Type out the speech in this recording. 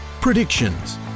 predictions